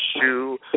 shoe